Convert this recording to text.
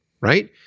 right